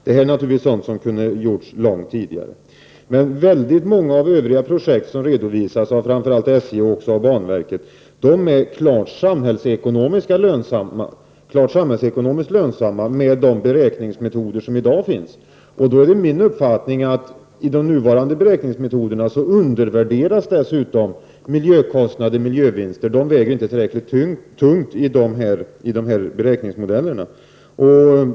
Det är naturligtvis sådant som borde ha gjorts långt tidigare. Väldigt många av övriga projekt som redovisas av framför allt SJ och också av banverket är klart samhällsekonomiskt lönsamma, med de beräkningsmetoder som i dag finns. Då är det min uppfattning att i de nuvarande beräkningsmetoderna undervärderas dessutom miljökostnader och miljövinster. De väger inte tillräckligt tungt i dagens beräkningsmodeller.